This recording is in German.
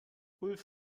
ulf